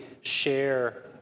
share